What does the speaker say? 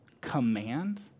command